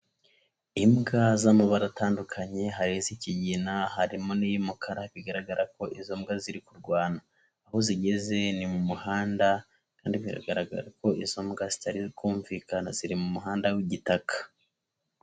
Imbwa z'amabara atandukanye hari iz'ikigina harimo n'iy'umukara bigaragara ko izo mbwa ziri kurwana, aho zigeze ni mu muhanda kandi biragaragara ko izo mbwa zitari kumvikana ziri mu muhanda w'igitaka.